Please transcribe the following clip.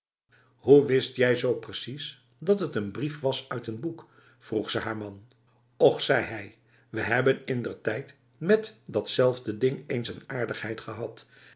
hoe wist jij zo precies dat het een brief was uit een boek vroeg ze haar man och zei hij we hebben indertijd met datzelfde ding eens n aardigheid gehad